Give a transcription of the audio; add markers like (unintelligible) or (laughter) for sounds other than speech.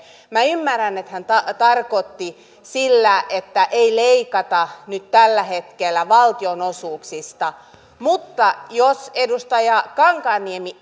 minä ymmärrän että hän tarkoitti sillä sitä että ei leikata nyt tällä hetkellä valtionosuuksista mutta jos edustaja kankaanniemi (unintelligible)